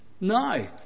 No